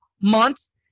months